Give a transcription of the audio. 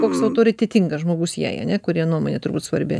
koks autoritetingas žmogus jai ane kurio nuomonė turbūt svarbi